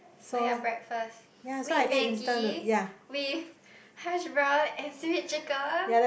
oh your breakfast wait Maggi with hashbrown and seaweed chicken